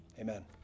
Amen